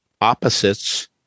Opposites